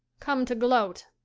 come to gloat.